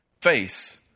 face